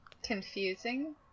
Confusing